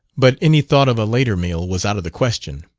but any thought of a later meal was out of the question.